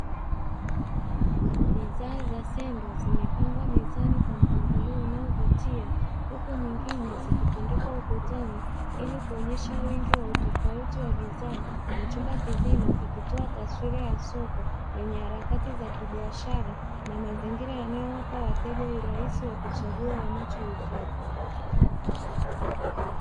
Bidhaa za sendo zimepangwa mezani kwa mpangilio unaovutia, huku nyingine zikitundukiwa ukutani ili kuonyesha wingi wa utofauti wa bidhaa. Na chumba kizima kikitoa taswira ya soko yenye harakati za kibiashara, na mazingira yanayo wapa wateja urahisi ya kuchagua wanachohitaji.